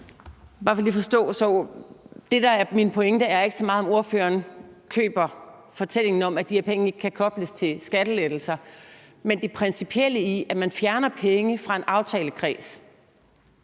så meget, om ordføreren køber fortællingen om, at de her penge ikke kan kobles til skattelettelser, men det er det principielle i, at man fjerner penge fra en aftalekreds